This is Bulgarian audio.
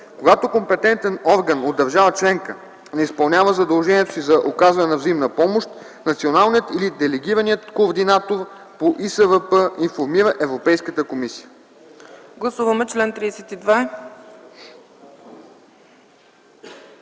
Когато компетентен орган от държава членка не изпълнява задължението си за оказване на взаимна помощ, националният или делегираният координатор по ИСВП информира Европейската комисия.”